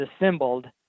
assembled